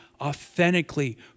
authentically